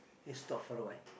eh stop for a while